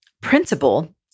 principle